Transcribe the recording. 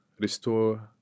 restore